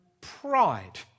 pride